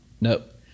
nope